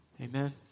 Amen